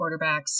quarterbacks